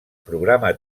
programa